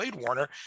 Warner